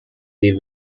the